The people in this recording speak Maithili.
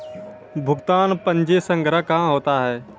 भुगतान पंजी संग्रह कहां होता हैं?